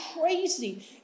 crazy